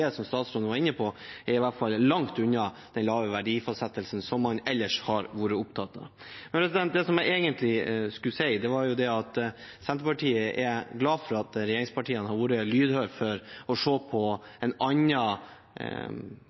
som statsråden var inne på, er i hvert fall langt unna den lave verdifastsettelsen som man ellers har vært opptatt av. Men det jeg egentlig skulle si, var at Senterpartiet er glad for at regjeringspartiene har vært lydhøre for å se på en